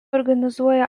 organizuoja